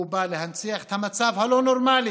הוא בא להנציח את המצב הלא-נורמלי